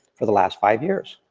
for the last five years.